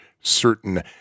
certain